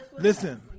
listen